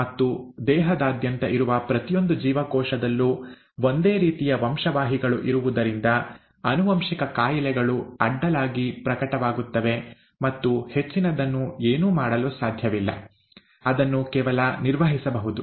ಮತ್ತು ದೇಹದಾದ್ಯಂತ ಇರುವ ಪ್ರತಿಯೊಂದು ಜೀವಕೋಶದಲ್ಲೂ ಒಂದೇ ರೀತಿಯ ವಂಶವಾಹಿಗಳು ಇರುವುದರಿಂದ ಆನುವಂಶಿಕ ಕಾಯಿಲೆಗಳು ಅಡ್ಡಲಾಗಿ ಪ್ರಕಟವಾಗುತ್ತವೆ ಮತ್ತು ಹೆಚ್ಚಿನದನ್ನು ಏನೂ ಮಾಡಲು ಸಾಧ್ಯವಿಲ್ಲ ಅದನ್ನು ಕೇವಲ ನಿರ್ವಹಿಸಬಹುದು